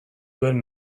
duen